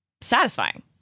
satisfying